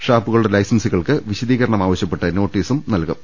ഷാപ്പുകളുടെ ലൈസൻസികൾക്ക് വിശദീകരണമാവശ്യപ്പെട്ട് നോട്ടീസും നൽകും